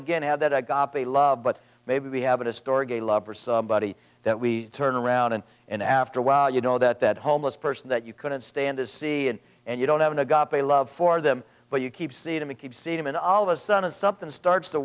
again have that i got the love but maybe we have a store a gay lover somebody that we turn around and in after a while you know that that homeless person that you couldn't stand to see and and you don't have a got a love for them but you keep see them and keep see them and all of a sudden something starts to